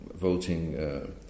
voting